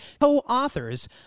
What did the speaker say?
co-authors